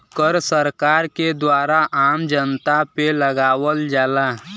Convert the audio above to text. कर सरकार के द्वारा आम जनता पे लगावल जाला